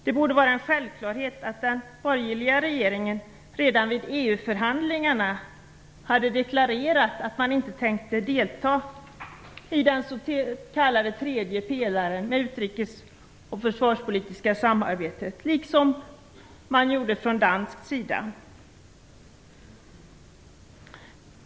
Det borde ha varit en självklarhet att den borgerliga regeringen redan vid EU förhandlingarna hade deklarerat att man inte tänkte delta i den s.k. tredje pelaren med det utrikes och säkerhetspolitiska samarbetet. Så gjorde man från dansk sida.